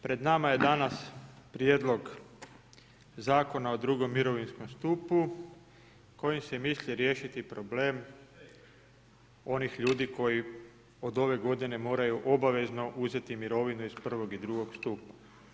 Pred nama je danas Prijedlog zakona o drugom mirovinskom stupu kojim se misli riješiti problem onih ljudi koji od ove godine moraju obavezno uzeti mirovinu iz prvog i drugog stupa.